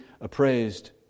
appraised